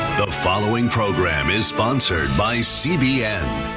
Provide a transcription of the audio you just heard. the following program is sponsored by cbn.